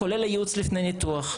כולל הייעוץ לפני ניתוח.